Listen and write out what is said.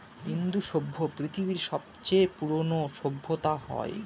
ইন্দু সভ্য পৃথিবীর সবচেয়ে পুরোনো সভ্যতা হয়